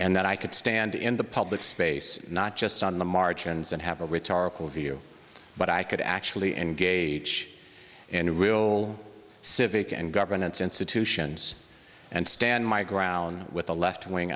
and that i could stand in the public space not just on the margins and have a rhetorical view but i could actually engage in real civic and governance institutions and stand my ground with a left wing